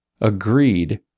agreed